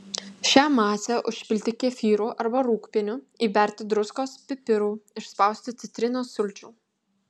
šią masę užpilti kefyru arba rūgpieniu įberti druskos pipirų išspausti citrinos sulčių